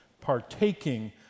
partaking